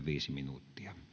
viisi minuuttia